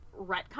retcon